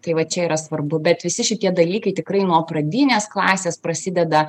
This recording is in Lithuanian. tai va čia yra svarbu bet visi šitie dalykai tikrai nuo pradinės klasės prasideda